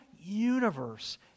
universe